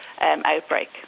outbreak